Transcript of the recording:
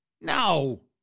No